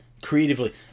creatively